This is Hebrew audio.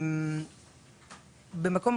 קודם כול,